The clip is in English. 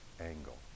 angle